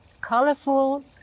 colorful